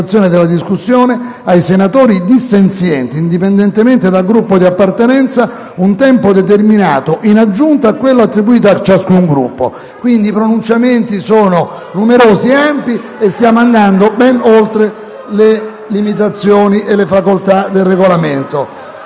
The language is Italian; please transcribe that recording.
della discussione, ai senatori dissenzienti, indipendentemente dal Gruppo di appartenenza, un tempo determinato in aggiunta a quello attribuito a ciascun Gruppo». Quindi, i pronunciamenti sono numerosi ed ampi e stiamo andando ben oltre le limitazioni e le facoltà del Regolamento.